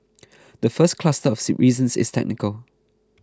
the first cluster of reasons is technical